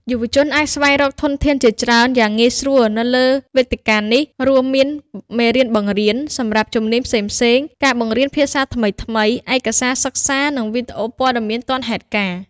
យុវជនអាចស្វែងរកធនធានជាច្រើនយ៉ាងងាយស្រួលនៅលើវេទិកានេះ រួមមាន មេរៀនបង្រៀន សម្រាប់ជំនាញផ្សេងៗ ការបង្រៀនភាសាថ្មីៗ ឯកសារសិក្សា និងវីដេអូព័ត៌មានទាន់ហេតុការណ៍។